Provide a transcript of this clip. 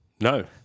No